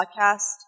podcast